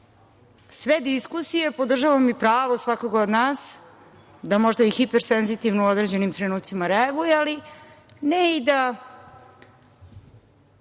sve diskusije, podržavam i pravo svakoga od nas da možda i hipersenzitivno u određenim trenucima reaguje, ali, kako da